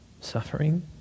Suffering